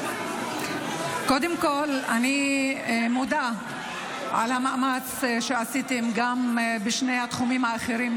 קודם כול אני מודה על המאמץ שעשיתם גם בשני התחומים האחרים,